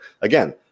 again